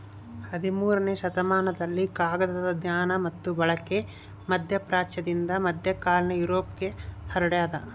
ಹದಿಮೂರನೇ ಶತಮಾನದಲ್ಲಿ ಕಾಗದದ ಜ್ಞಾನ ಮತ್ತು ಬಳಕೆ ಮಧ್ಯಪ್ರಾಚ್ಯದಿಂದ ಮಧ್ಯಕಾಲೀನ ಯುರೋಪ್ಗೆ ಹರಡ್ಯಾದ